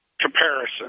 comparison